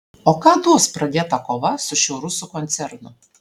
o ką duos pradėta kova su šiuo rusų koncernu